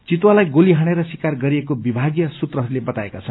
चितुवालाई गोली हानेर शिकार गरिएको विभागीय सूत्रहरूले बताएका छन्